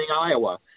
Iowa